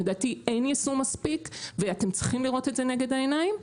לדעתי אין יישום מספיק ואתם צריכים לראות את זה נגד העיניים,